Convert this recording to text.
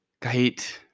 Kahit